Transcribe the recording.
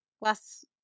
Last